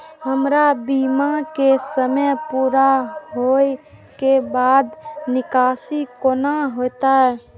हमर बीमा के समय पुरा होय के बाद निकासी कोना हेतै?